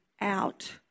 out